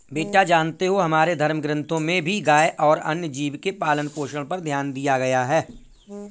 बेटा जानते हो हमारे धर्म ग्रंथों में भी गाय और अन्य जीव के पालन पोषण पर ध्यान दिया गया है